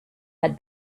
had